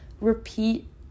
repeat